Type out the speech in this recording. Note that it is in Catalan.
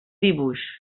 dibuix